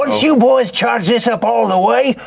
you boys charge this up all the way,